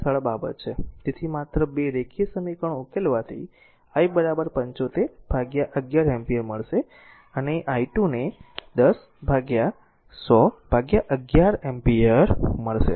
તે સરળ બાબત છે તેથી માત્ર 2 રેખીય સમીકરણો ઉકેલવાથી i 75 બાય 11 એમ્પીયર મળશે અને i2 ને 10 10011 એમ્પીયર મળશે